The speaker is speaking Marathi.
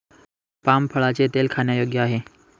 पाम फळाचे तेल खाण्यायोग्य आहे